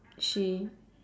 she